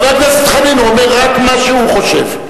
חבר הכנסת חנין, הוא אומר רק מה שהוא חושב.